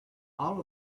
all